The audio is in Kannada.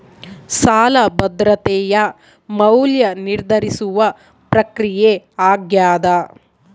ಸಾಲ ಭದ್ರತೆಯ ಮೌಲ್ಯ ನಿರ್ಧರಿಸುವ ಪ್ರಕ್ರಿಯೆ ಆಗ್ಯಾದ